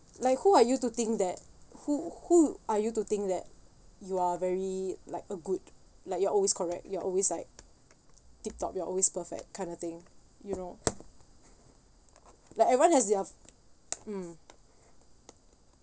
like who are you to think that who who are you to think that you are very like a good like you're always correct you're always like tip top you're always perfect kind of thing you know like everyone has their mm